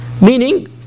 Meaning